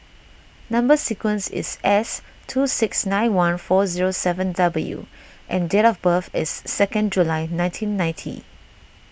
Number Sequence is S two six nine one four zero seven W and date of birth is second July nineteen ninety